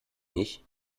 nicht